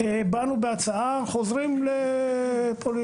באנו בהצעה לחזור לפולין.